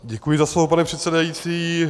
Děkuji za slovo, pane předsedající.